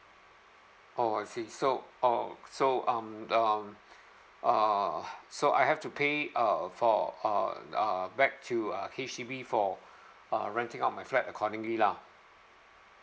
oh I see so oh so um um uh so I have to pay uh for uh uh back to uh H_D_B for uh renting out my flat accordingly lah